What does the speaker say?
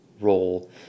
role